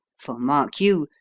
for, mark you,